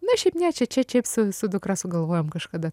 na šiaip ne čia čia čia su su dukra sugalvojom kažkada